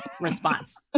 response